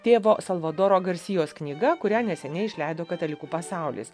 tėvo salvadoro garsijos knyga kurią neseniai išleido katalikų pasaulis